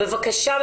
בבקשה,